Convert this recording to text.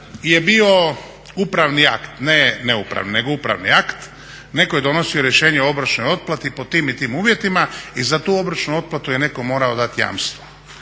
je bio upravni akt, ne neupravni, nego upravni akt neko je donosio rješenje o obročnoj otplati po tim i tim uvjetima i za tu obročnu otplatu je neko morao dati jamstvo.